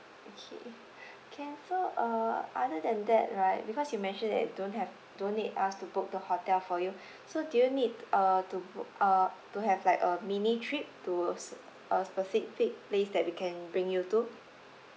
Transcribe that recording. okay can so uh other than that right because you mentioned that you don't have don't need us to book the hotel for you so do you need uh to boo~ uh to have like uh mini trip to s~ uh specific place that we can bring you to